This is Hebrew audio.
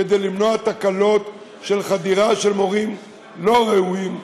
כדי למנוע תקלות של חדירה של מורים לא ראויים,